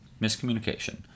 miscommunication